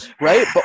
Right